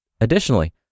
Additionally